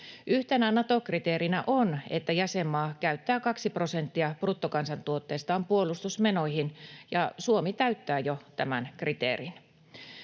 Yhtenä Nato-kriteerinä on, että jäsenmaa käyttää kaksi prosenttia bruttokansantuotteestaan puolustusmenoihin, ja Suomi täyttää jo tämän kriteerin.